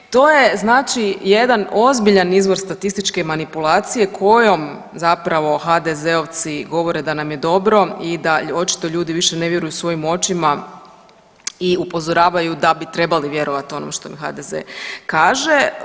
To je znači jedan ozbiljan izvor statističke manipulacije kojom zapravo HDZ-ovci govore da nam je dobro i da očito ljudi više ne vjeruju svojim očima i upozoravaju da bi trebali vjerovati onom što HDZ kaže.